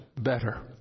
better